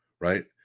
Right